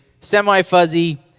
semi-fuzzy